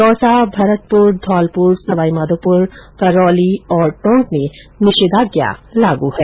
दौसा भरतपुर धौलपुर सवाई माधोपुर और करौली और टोंक में निषेधाज्ञा लागू है